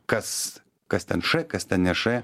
kas kas ten š kas ten ne š